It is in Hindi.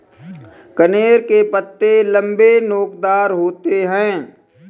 कनेर के पत्ते लम्बे, नोकदार होते हैं